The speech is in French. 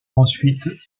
ensuite